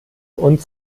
und